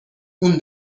اون